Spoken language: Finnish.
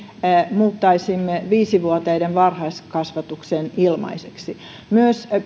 muuttaisimme viisi vuotiaiden varhaiskasvatuksen ilmaiseksi myös